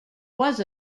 was